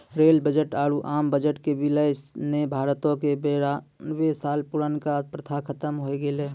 rail budget आरु आम budget के विलय ने भारतो के बेरानवे साल पुरानका प्रथा खत्म होय गेलै